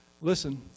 Listen